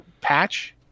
patch